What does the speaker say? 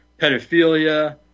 pedophilia